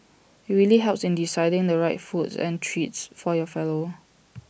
IT really helps in deciding the right foods and treats for your fellow